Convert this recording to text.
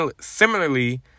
similarly